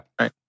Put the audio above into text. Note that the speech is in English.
Right